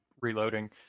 reloading